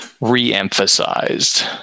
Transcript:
re-emphasized